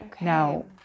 now